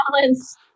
balance